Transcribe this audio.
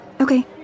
Okay